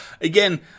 Again